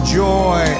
joy